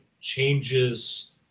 changes